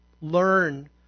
learn